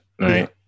right